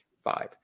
Five